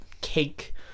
cake